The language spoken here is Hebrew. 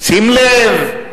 שים לב,